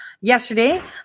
yesterday